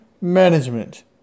management